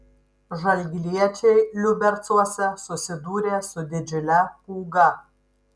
žalgiriečiai liubercuose susidūrė su didžiule pūga